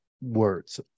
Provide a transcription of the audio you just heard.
words